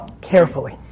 Carefully